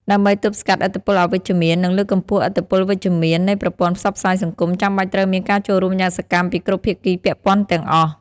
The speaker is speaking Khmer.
ដើម្បីទប់ស្កាត់ឥទ្ធិពលអវិជ្ជមាន និងលើកកម្ពស់ឥទ្ធិពលវិជ្ជមាននៃប្រព័ន្ធផ្សព្វផ្សាយសង្គម ចាំបាច់ត្រូវមានការចូលរួមយ៉ាងសកម្មពីគ្រប់ភាគីពាក់ព័ន្ធទាំងអស់។